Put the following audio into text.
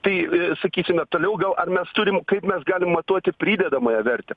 tai sakysime toliau gal mes turim kaip mes galim matuoti pridedamąją vertę